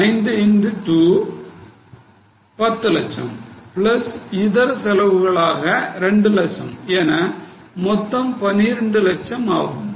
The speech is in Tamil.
5 into 2 10 லட்சம் பிளஸ் இதர செலவுகளாக 2 லட்சம் என மொத்தம் 12 லட்சம் ஆகும்